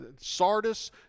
Sardis